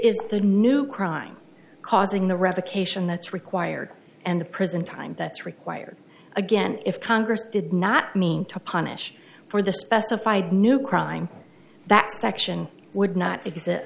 is the new crime causing the revocation that's required and the prison time that's required again if congress did not mean to punish for the specified new crime that section would not exist